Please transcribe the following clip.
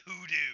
Hoodoo